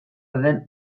den